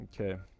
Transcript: Okay